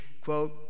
Quote